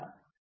professor